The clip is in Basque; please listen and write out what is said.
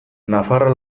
nafarroa